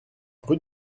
rue